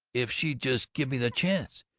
if she'd just give me the chance!